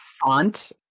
font